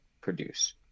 produce